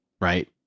right